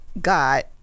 God